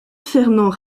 fernand